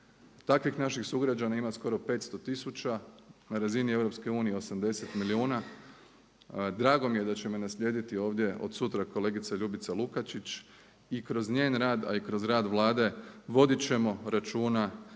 Takvih naših sugrađana ima skoro 500 tisuća. Na razini EU 80 milijuna. Drago mi je da će me naslijediti ovdje od sutra kolegica Ljubica Lukačić. I kroz njen rad, a i kroz rad Vlade vodit ćemo računa o